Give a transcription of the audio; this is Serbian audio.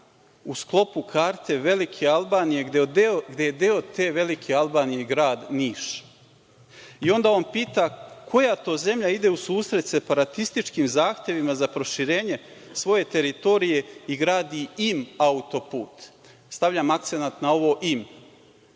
u sklopu karte velike Albanije, gde je te velike Albanije i grad Niš. Onda on pita – koja je to zemlja ide u susret separatističkim zahtevima za proširenje svoje teritorije i gradi „in autoput“? Stavljam akcenat na ovo „in“.